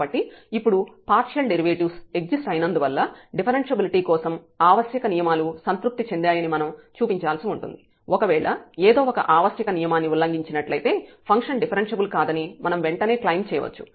కాబట్టి ఇప్పుడు partial derivatives exist అయినందువల్ల డిఫరెన్ష్యబిలిటీ కోసం ఆవశ్యక నియమాలు సంతృప్తి చెందాయని మనం చూపించాల్సి ఉంటుంది ఒకవేళ ఏదో ఒక ఆవశ్యక నియమాన్ని ఉల్లంఘించినట్లయితే ఫంక్షన్ డిఫరెన్ష్యబుల్ కాదని మనం వెంటనే క్లెయిమ్ చేయవచ్చు